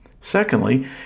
Secondly